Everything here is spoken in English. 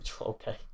Okay